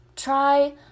try